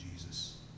Jesus